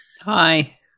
hi